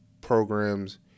programs